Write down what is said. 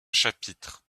chapitre